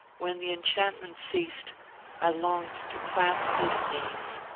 when the enchantment ceased i longed to clasp his knees.